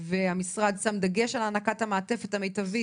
המשרד שם דגש על הענקת המעטפת המיטבית